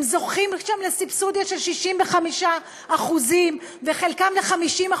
הם זוכים שם לסובסידיה של 65% וחלקם ל-50%,